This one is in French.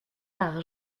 par